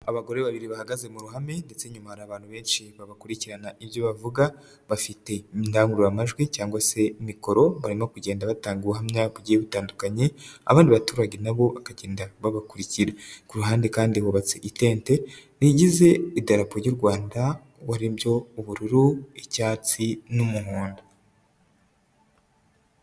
Abagore babiri bahagaze mu ruhame ndetse inyuma hari abantu benshi babakurikirana ibyo bavuga. Bafite indangururamajwi cyangwa se mikoro barimo kugenda batanga ubuhamya bugiye butandukanye. Abandi baturage nabo bakagenda babakurikira. Ku ruhande kandi bubatse itente rigize idarapo ry'u Rwanda ariryo: ubururu, icyatsi n'umuhondo.